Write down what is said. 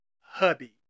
Hubby